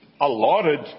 allotted